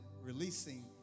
Releasing